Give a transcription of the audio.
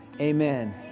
Amen